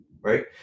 right